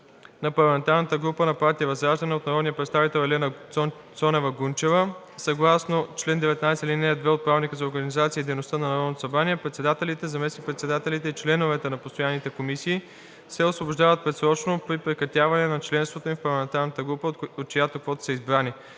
на парламентарната група на партия ВЪЗРАЖДАНЕ от народния представител Елена Цонева Гунчева съгласно чл. 19, ал. 2 от Правилника за организацията и дейността на Народното събрание председателите, заместник-председателите и членовете на постоянните комисии се освобождават предсрочно при прекратяване на членството им в парламентарната група, от чиято квота са избрани.